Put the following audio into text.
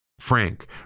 Frank